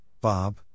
Bob